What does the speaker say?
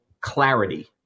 Clarity